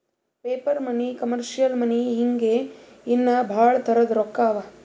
paper money, commercial money ಹಿಂಗೆ ಇನ್ನಾ ಭಾಳ್ ತರದ್ ರೊಕ್ಕಾ ಅವಾ